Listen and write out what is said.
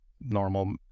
normal